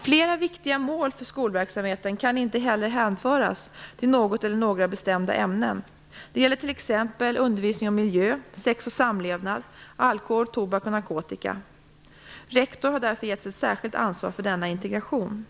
Flera viktiga mål för skolverksamheten kan inte heller hänföras till något eller några bestämda ämnen. Det gäller t.ex. undervisning om miljö, sex och samlevnad, alkohol, tobak och narkotika. Rektor har därför getts ett särskilt ansvar för denna integration.